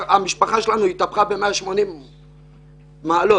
המשפחה התהפכה ב-180 מעלות,